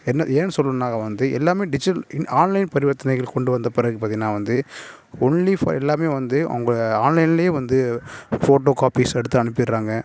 என்ன ஏன்னு சொல்லணும்னால் வந்து எல்லாமே டிஜிட்டல் ஆன்லைன் பரிவர்த்தனைகள் கொண்டு வந்து பிறகு பார்த்திங்னா வந்து ஒன்லி ஃபார் எல்லாமே வந்து அவுங்க ஆன்லைன்லையே வந்து ஃபோட்டோ காப்பிஸ் எடுத்து அனுப்பிடுறாங்க